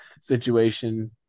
situation